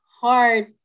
hard